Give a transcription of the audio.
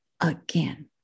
again